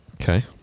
okay